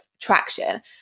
traction